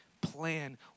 plan